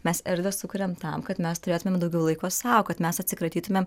mes erdvę sukuriam tam kad mes turėtumėm daugiau laiko sau kad mes atsikratytumėm